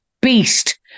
beast